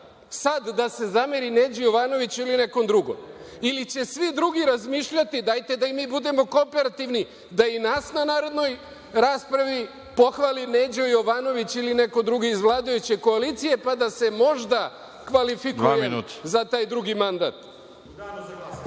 suda da se zameri Neđi Jovanoviću ili nekom drugom ili će svi drugi razmišljati – dajte da i mi budemo kooperativni, da i nas na narednoj raspravi pohvali Neđo Jovanović ili neko drugi iz vladajuće koalicije, pa da se možda kvalifikujem za taj drugi mandat?